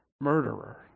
murderer